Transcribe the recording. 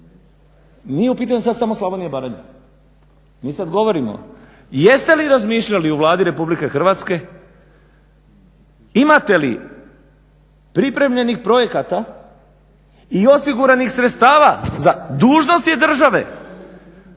Nije u pitanju sad samo Slavonija i Baranja, mi sad govorimo jeste li razmišljali u Vladi Republike Hrvatske imate li pripremljenih projekata i osiguranih sredstava za, dužnost je države